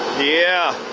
yeah.